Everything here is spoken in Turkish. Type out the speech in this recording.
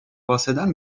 bahseder